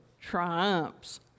triumphs